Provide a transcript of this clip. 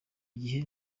gihe